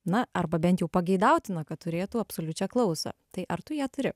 na arba bent jau pageidautina kad turėtų absoliučią klausą tai ar tu ją turi